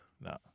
No